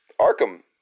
Arkham